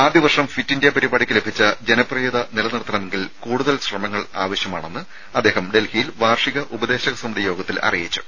ആദ്യവർഷം fit India പരിപാടിക്ക് ലഭിച്ച ജനപ്രിയത നിലനിർത്തണമെങ്കിൽ കൂടുതൽ ശ്രമങ്ങൾ ആവശ്യമാണെന്ന് അദ്ദേഹം വാർഷിക ഉപദേശക സമിതി യോഗത്തിൽ അറിയിച്ചു